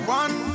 one